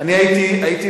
אני הייתי